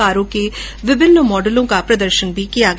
कारों के विभिन्न मॉडलों का भी प्रदर्शन किया गया